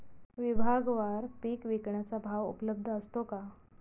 विभागवार पीक विकण्याचा भाव उपलब्ध असतो का?